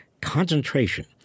concentration